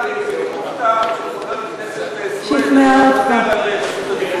של חבר הכנסת סוייד, שכנע אותך.